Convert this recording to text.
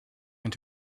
and